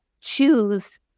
choose